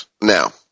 Now